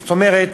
זאת אומרת,